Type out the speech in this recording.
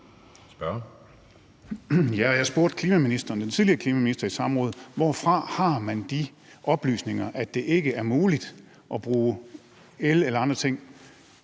Jeg spurgte den tidligere klimaminister i samrådet: Hvorfra har man de oplysninger, at det ikke er muligt at bruge el eller andre ting?